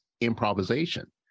improvisation